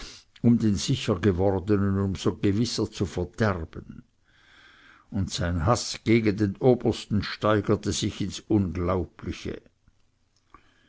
um den sichergewordenen um so gewisser zu verderben und sein haß gegen den obersten steigerte sich ins unglaubliche